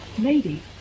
Lady